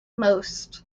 most